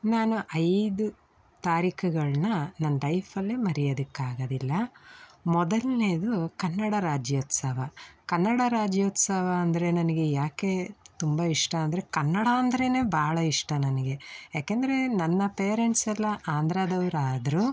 ನಾನು ಐದು ತಾರೀಕುಗಳನ್ನ ನನ್ನ ಲೈಫಲ್ಲೇ ಮರಿಯದಿಕ್ಕೆ ಆಗೋದಿಲ್ಲ ಮೊದಲನೇದು ಕನ್ನಡ ರಾಜ್ಯೋತ್ಸವ ಕನ್ನಡ ರಾಜ್ಯೋತ್ಸವ ಅಂದರೆ ನನಗೆ ಯಾಕೆ ತುಂಬ ಇಷ್ಟ ಅಂದರೆ ಕನ್ನಡ ಅಂದ್ರೇ ಬಹಳ ಇಷ್ಟ ನನಗೆ ಯಾಕೆಂದರೆ ನನ್ನ ಪೇರೆಂಟ್ಸ್ ಎಲ್ಲ ಆಂಧ್ರದವರಾದ್ರೂ